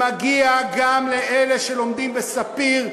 מגיע גם לאלה שלומדים במכללת ספיר,